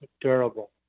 durable